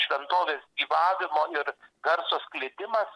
šventovės gyvavimo ir garso skleidimas